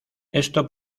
esto